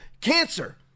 Cancer